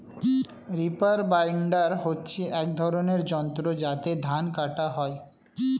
reaper binder হচ্ছে এক ধরনের যন্ত্র যাতে ধান কাটা হয়